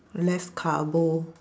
less carbo